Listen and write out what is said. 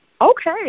Okay